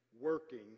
working